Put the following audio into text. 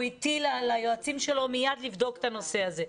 הטיל על היועצים שלו מיד לבדוק את הנושא הזה.